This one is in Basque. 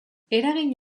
eragin